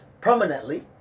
permanently